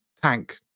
tank